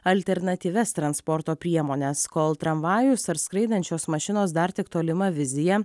alternatyvias transporto priemones kol tramvajus ar skraidančios mašinos dar tik tolima vizija